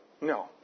No